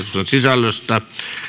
sisällöstä